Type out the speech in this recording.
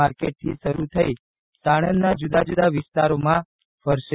માર્કેટથી શરૂ થઇ સાણંદના જુદા જુદા વિસ્તારોમાં યોજાશે